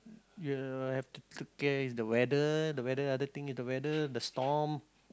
you have to is the weather the weather other thing is the weather the storm